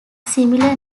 similar